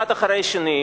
אחד אחרי השני,